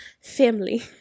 family